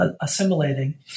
assimilating